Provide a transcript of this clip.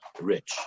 rich